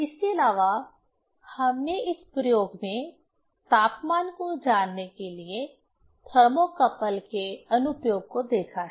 इसके अलावा हमने इस प्रयोग में तापमान को जानने के लिए थर्मोकपल के अनुप्रयोग को देखा है